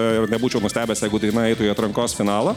ir nebūčiau nustebęs jeigu tai nueitų į atrankos finalą